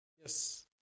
Yes